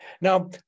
Now